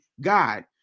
God